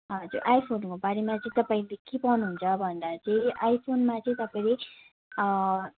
हजुर आइफोनको बारेमा चाहिँ तपाईँले के पाउनुहुन्छ भन्दा चाहिँ आइफोनमा चाहिँ तपाईँले